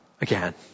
again